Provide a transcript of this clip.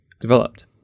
developed